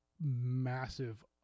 massive